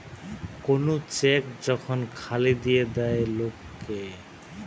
কোন চেক যখন খালি দিয়ে দেয় লোক কে